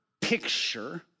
picture